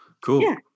cool